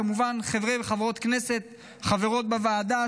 וכמובן לחברי וחברות הכנסת החברים בוועדה,